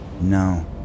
no